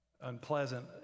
unpleasant